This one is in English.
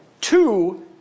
two